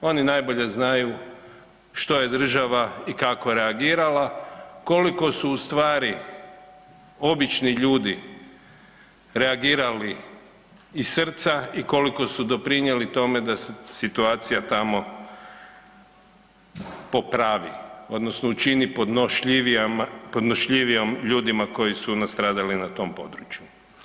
Oni najbolje znaju što je država i kako reagirala, koliko su ustvari obični ljudi reagirali iz srca i koliko su doprinijeli tome da se situacija tamo popravi odnosno učini podnošljivijom ljudima koji su nastradali na tom području.